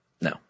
No